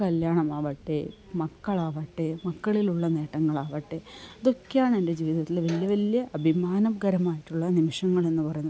കല്യാണമാവട്ടെ മക്കളാവാട്ടെ മക്കളിലുള്ള നേട്ടങ്ങളാവാട്ടെ ഇതൊക്കെയാണ് എൻ്റെ ജീവിതത്തിൽ വലിയ വലിയ അഭിമാനകരമായിട്ടുള്ള നിമിഷങ്ങൾ എന്നു പറയുന്നത്